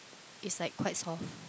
it's like quite soft